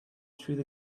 through